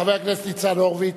חבר הכנסת ניצן הורוביץ.